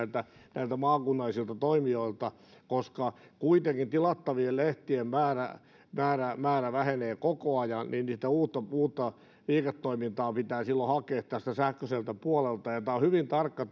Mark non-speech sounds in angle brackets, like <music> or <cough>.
näiltä maakunnallisilta toimijoilta koska tilattavien lehtien määrä määrä kuitenkin vähenee koko ajan uutta liiketoimintaa pitää silloin hakea sähköiseltä puolelta tämä rajanveto on hyvin tarkka <unintelligible>